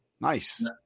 Nice